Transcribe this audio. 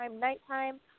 nighttime